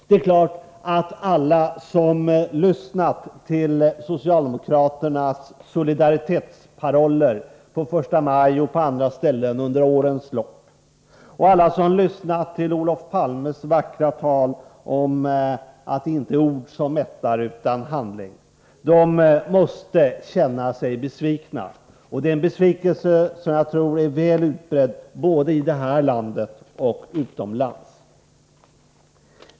Det är klart att alla som under årens lopp lyssnat till socialdemokraternas solidaritetsparoller på första maj och i andra sammanhang och alla som lyssnat till Olof Palmes vackra tal om att det inte är ord som mättar utan handling måste känna sig besvikna. Det är en besvikelse som jag tror är väl utbredd, både i det här landet och utomlands.